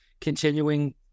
continuing